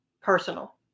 personal